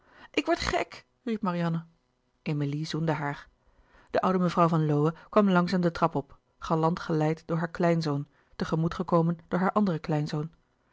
ik word gek riep marianne louis couperus de boeken der kleine zielen emilie zoende haar de oude mevrouw van lowe kwam langzaam de trap op galant geleid door haar kleinzoon tegemoet gekomen door haar anderen kleinzoon